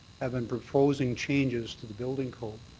have been proposing changes to the building code,